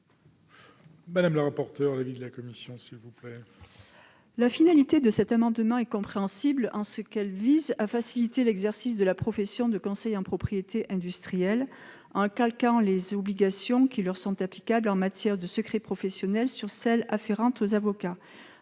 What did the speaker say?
par le second. Quel est l'avis de la commission spéciale ? La finalité de cet amendement est compréhensible : il s'agit de faciliter l'exercice de la profession de conseil en propriété industrielle en calquant les obligations qui lui sont applicables en matière de secret professionnel sur celles qui s'appliquent aux avocats.